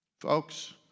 Folks